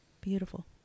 Beautiful